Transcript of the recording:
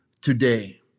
today